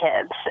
kids